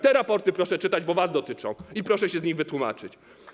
Te raporty proszę czytać, bo one was dotyczą, i proszę się z nich wytłumaczyć.